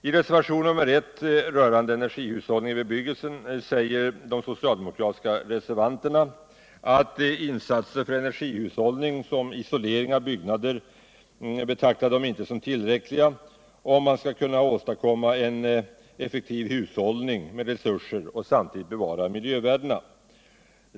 I reservationen I rörande energihushållning I bebyggelsen säger de soctaldemokratiska reservanterna att "insatser för energihushållning som isolering av byggnader är inte tillräckliga om man skall kunna åstadkomma en effektiv hushållning med resurser och samtidigt bevara miljövärden”.